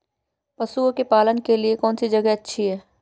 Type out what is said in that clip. पशुओं के पालन के लिए कौनसी जगह अच्छी है?